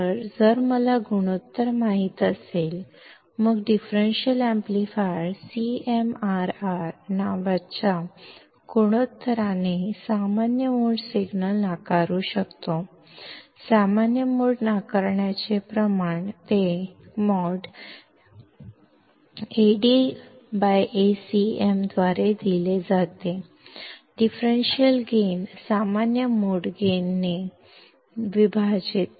तर जर मला गुणोत्तर माहित असेल मग डिफरेंशियल एम्पलीफायर CMRR नावाच्या गुणोत्तराने सामान्य मोड सिग्नल नाकारू शकतो सामान्य मोड नाकारण्याचे प्रमाण ते ।AdAcm। द्वारे दिले जाते डिफरेंशियल गेन सामान्य मोड गेनने विभाजित